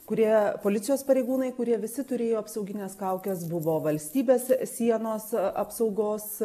kurie policijos pareigūnai kurie visi turėjo apsaugines kaukes buvo valstybės sienos apsaugos